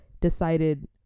decided